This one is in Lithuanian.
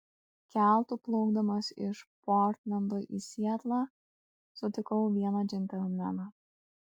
keltu plaukdamas iš portlendo į sietlą sutikau vieną džentelmeną